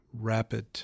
rapid